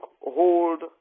hold